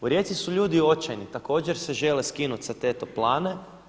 U Rijeci su ljudi očajni, također se žele skinut sa te toplane.